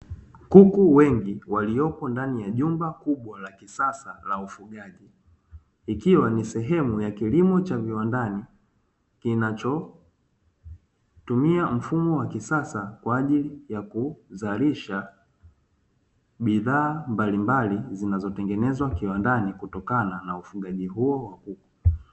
Kuku wengi waliopo ndani ya jumba kubwa la kisasa la ufugaji, ikiwa ni sehemu ya kilimo cha viwandani kinachotumia mfumo wa kisasa, kwa ajili ya kuzalisha bidhaa mbalimbali zinazotengenezwa viwandani kutokana na ufugaji huo wa kuku.